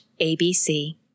ABC